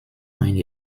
eine